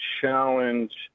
challenge